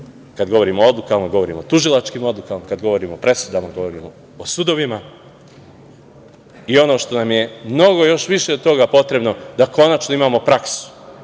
govorimo o odlukama, govorimo o tužilačkim odlukama. Kada govorimo o presudama, govorimo o sudovima i ono što nam je mnogo još više od toga potrebno, da konačno imamo praksu